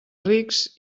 rics